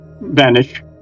vanish